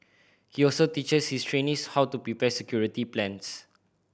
he also teaches his trainees how to prepare security plans